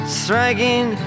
striking